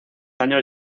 años